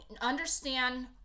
understand